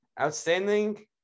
Outstanding